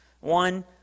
One